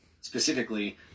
Specifically